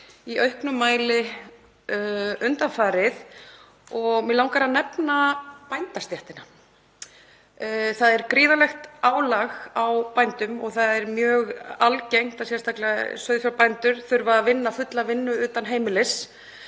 í auknum mæli undanfarið og mig langar að nefna bændastéttina. Það er gríðarlegt álag á bændum. Það er t.d. mjög algengt að sauðfjárbændur þurfi að vinna fulla vinnu utan heimilis